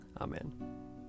Amen